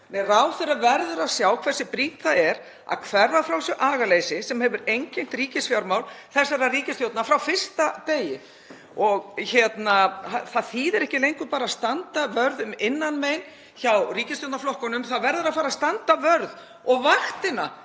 Ráðherra verður að sjá hversu brýnt það er að hverfa frá þessu agaleysi sem hefur einkennt ríkisfjármál þessarar ríkisstjórnar frá fyrsta degi. Það þýðir ekki lengur að standa bara vörð um innanmein hjá ríkisstjórnarflokkunum, það verður að fara að standa vörð og vaktina